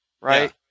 Right